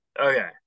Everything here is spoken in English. Okay